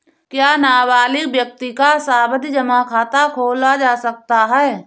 क्या नाबालिग व्यक्ति का भी सावधि जमा खाता खोला जा सकता है?